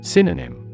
Synonym